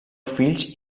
fills